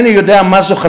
ואינני יודע מה זה,